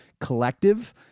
Collective